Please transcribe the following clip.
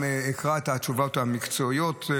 ואקרא את התשובות המקצועיות,